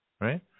right